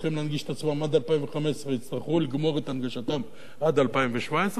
צריכים להנגיש את עצמם עד 2015 יצטרכו לגמור את הנגשתם עד 2017,